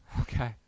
Okay